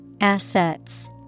Assets